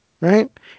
right